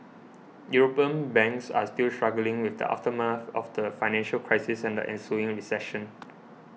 European banks are still struggling with the aftermath of the financial crisis and the ensuing recession